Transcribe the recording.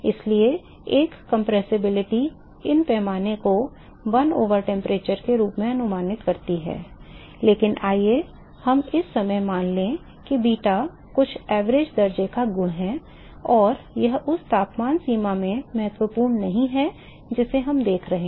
इसलिए एक compressibility इन पैमानों को 1 over temperature के रूप में अनुमानित करती है लेकिन आइए हम इस समय मान लें कि बीटा कुछ औसत दर्जे का गुण है और यह उस तापमान सीमा में महत्वपूर्ण नहीं है जिसे हम देख रहे हैं